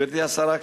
גברתי השרה,